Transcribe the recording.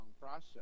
process